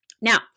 Now